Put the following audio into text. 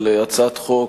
על הצעת חוק